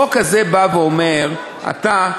החוק הזה בא ואומר: אתה,